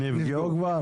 נפגעו כבר?